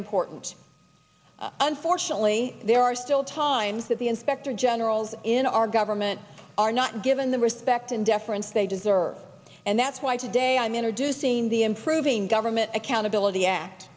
important unfortunately there are still times that the inspector generals in our government are not given the respect and deference they deserve and that's why today i'm introducing the improving government accountability act